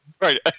Right